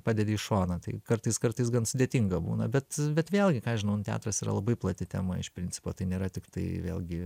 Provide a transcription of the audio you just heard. padedi į šoną tai kartais kartais gan sudėtinga būna bet bet vėlgiką aš žinaunu teatras yra labai plati tema iš principo tai nėra tiktai vėlgi